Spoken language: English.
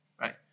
right